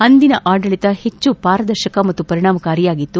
ಅಂದಿನ ಆಡಳಿತ ಹೆಚ್ಚು ಪಾರದರ್ಶಕ ಮತ್ತು ಪರಿಣಾಮಕಾರಿಯಾಗಿತ್ತು